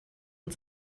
und